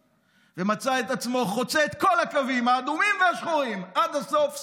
ומצא את עצמו חוצה את כל הקווים האדומים והשחורים עד הסוף שמאלה,